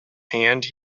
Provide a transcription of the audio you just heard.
hand